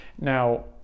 Now